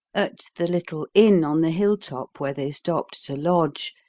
at the little inn on the hill-top where they stopped to lodge,